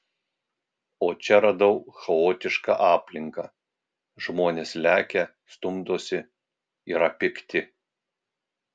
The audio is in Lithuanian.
o čia radau chaotišką aplinką žmonės lekia stumdosi yra pikti